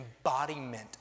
embodiment